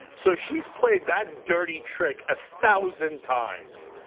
so she's played that dirty trick a thousand times.